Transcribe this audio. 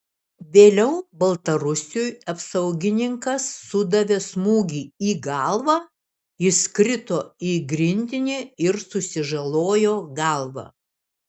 vėliau baltarusiui apsaugininkas sudavė smūgį į galvą jis krito į grindinį ir susižalojo galvą